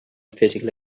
physical